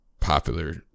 popular